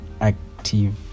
active